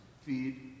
feed